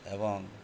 ଏବଂ